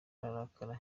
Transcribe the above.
arakara